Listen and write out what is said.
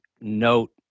note